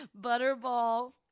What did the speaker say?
Butterball